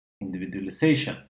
individualization